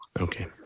Okay